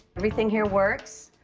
everything here works.